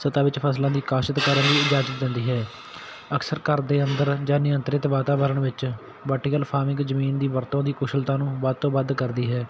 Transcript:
ਸਤਾ ਵਿੱਚ ਫ਼ਸਲਾਂ ਦੀ ਕਾਸ਼ਤ ਕਰਨ ਲਈ ਇਜਾਜ਼ਤ ਦਿੰਦੀ ਹੈ ਅਕਸਰ ਘਰ ਦੇ ਅੰਦਰ ਜਾਂ ਨਿਯੰਤਰਿਤ ਵਾਤਾਵਰਣ ਵਿੱਚ ਵਰਟੀਕਲ ਫਾਰਮਿੰਗ ਜਮੀਨ ਦੀ ਵਰਤੋਂ ਦੀ ਕੁਸ਼ਲਤਾ ਨੂੰ ਵੱਧ ਤੋਂ ਵੱਧ ਕਰਦੀ ਹੈ